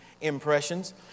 impressions